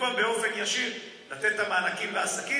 במקום זה לתת באופן ישיר את המענקים לעסקים